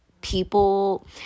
people